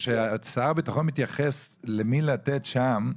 כששר הביטחון מתייחס למי לתת שם,